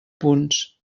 punts